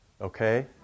okay